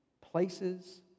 Places